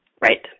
Right